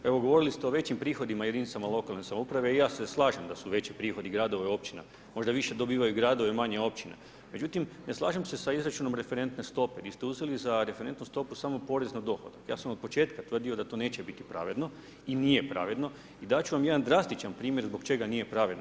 Evo govorili ste o većim prihodima jedinicama lokalne samouprave i ja se slažem da su veći prihodi gradova i općina, možda više dobivaju gradovi, a manje općine, međutim ne slažem se sa izračunom referentne stope, di ste uzeli za referentnu stopu samo porez na dohodak, ja sam od početka tvrdio da to neće biti pravedno i nije pravedno, i dat ću vam jedan drastičan primjer zbog čega nije pravedno.